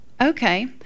okay